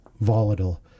volatile